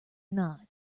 not